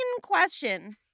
question